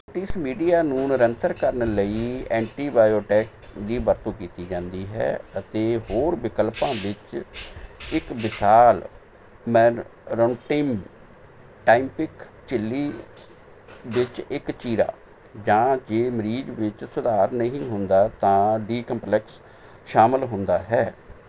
ਇਸ ਮੀਡੀਆ ਨੂੰ ਨਿਰੰਤਰ ਕਰਨ ਲਈ ਐਂਟੀਬਾਇਓਟੈਕ ਦੀ ਵਰਤੋਂ ਕੀਤੀ ਜਾਂਦੀ ਹੈ ਅਤੇ ਹੋਰ ਵਿਕਲਪਾਂ ਵਿੱਚ ਇੱਕ ਵਿਸ਼ਾਲ ਮੈਨਰੌਂਗਟਿੰਮ ਟਾਈਮਪਿਕ ਝਿੱਲੀ ਵਿੱਚ ਇੱਕ ਚੀਰਾ ਜਾਂ ਜੇ ਮਰੀਜ਼ ਵਿੱਚ ਸੁਧਾਰ ਨਹੀਂ ਹੁੰਦਾ ਤਾਂ ਡੀਕੰਪਲੈਕਸ ਸ਼ਾਮਲ ਹੁੰਦਾ ਹੈ